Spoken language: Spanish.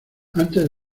antes